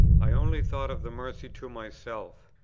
i only thought of the mercy to myself.